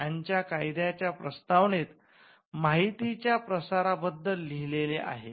अॅनच्या कायद्याच्या प्रस्तावनेत माहितीच्या प्रसारा बद्दल लिहिलेले आहे